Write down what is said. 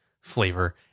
flavor